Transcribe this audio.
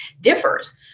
differs